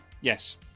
Yes